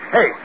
Hey